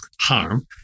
harm